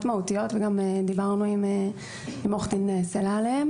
מהותיות וגם דיברנו עליהן עם עורכת הדין תמי סלע.